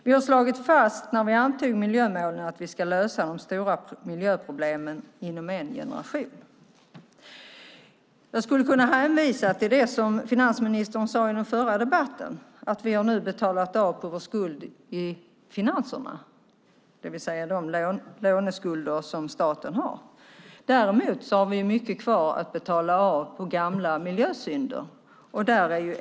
När vi antog miljömålen slog vi fast att vi ska lösa de stora miljöproblemen inom en generation. Jag skulle kunna hänvisa till det som finansministern sade i den förra debatten, nämligen att vi har betalat av på vår skuld i finanserna, det vill säga de låneskulder som staten har. Däremot har vi ju mycket kvar att betala av på gamla miljösynder.